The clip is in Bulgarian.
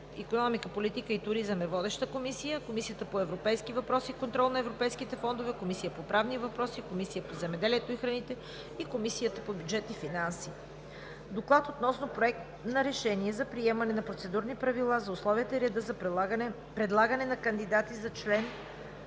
икономика, политика и туризъм и Комисията по европейските въпроси и контрол на европейските фондове, Комисията по правни въпроси, Комисията по земеделието и храните и Комисията по бюджет и финанси. Доклад относно Проект на решение за приемане на Процедурни правила за условията и реда за предлагане на кандидати за член